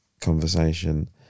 conversation